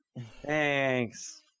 Thanks